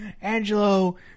Angelo